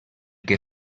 que